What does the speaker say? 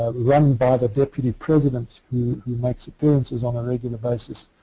ah run by the deputy president who who makes appearances on a regular basis.